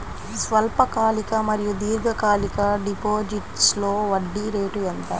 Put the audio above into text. స్వల్పకాలిక మరియు దీర్ఘకాలిక డిపోజిట్స్లో వడ్డీ రేటు ఎంత?